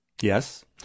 Yes